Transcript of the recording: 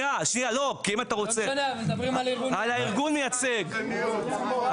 אני רוצה להביא לידיעתך,